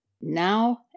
now